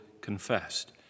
confessed